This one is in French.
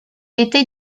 était